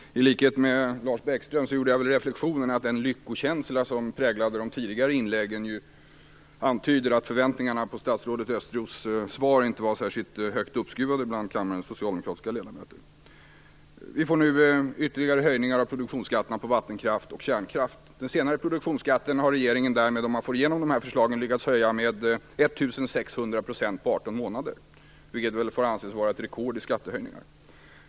Fru talman! I likhet med Lars Bäckström gjorde jag reflexionen att den lyckokänsla som präglade de tidigare inläggen antyder att förväntningarna på statsrådet Östros svar inte var särskilt högt uppskruvade bland kammarens socialdemokratiska ledamöter. Det blir nu ytterligare höjningar av produktionsskatterna på vattenkraft och kärnkraft. Den senare produktionsskatten har regeringen, om man får igenom förslagen, lyckats höja med 1 600 % på 18 månader, vilket väl får anses vara ett rekord i skattehöjningar.